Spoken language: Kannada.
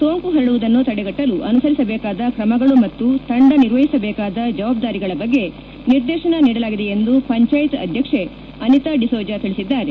ಸೋಂಕು ಪರಡುವುದನ್ನು ತಡೆಗಟ್ಟಲು ಅನುಸರಿಸಬೇಕಾದ ಕ್ರಮಗಳು ಮತ್ತು ತಂಡ ನಿರ್ವಹಿಸಬೇಕಾದ ಜವಾಬ್ದಾರಿಗಳ ಬಗ್ಗೆ ನಿರ್ದೇಶನ ನೀಡಲಾಗಿದೆ ಎಂದು ಪಂಚಾಯತ್ ಅಧ್ಯಕ್ಷೆ ಅನಿತಾ ಡಿಸೋಜ ತಿಳಿಸಿದ್ದಾರೆ